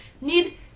need